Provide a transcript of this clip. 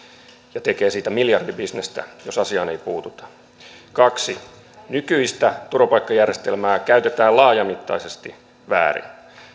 ja tekee siitä miljardibisnestä jos asiaan ei puututa toiseksi nykyistä turvapaikkajärjestelmää käytetään laajamittaisesti väärin